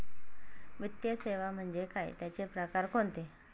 वित्तीय सेवा म्हणजे काय? त्यांचे प्रकार कोणते?